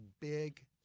big